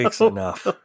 enough